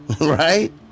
right